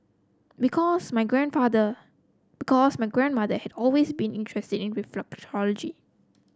because my grandfather because my grandmother had always been interested in reflexology